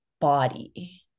body